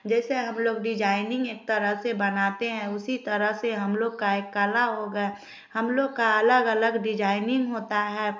जैसे हम लोग डिजाइनिंग एक तरह से बनाते हैं उसी तरह से हम लोग का कला हो गया हम लोग का अलग अलग डिजाइनिंग होता है